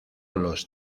los